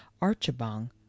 archibong